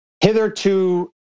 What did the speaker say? hitherto